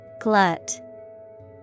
Glut